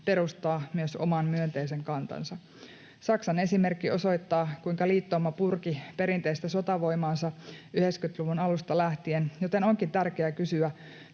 perustaa myös oman myönteisen kantansa. Saksan esimerkki osoittaa, kuinka liittouma purki perinteistä sotavoimaansa 90‑luvun alusta lähtien, joten onkin tärkeää kysyä,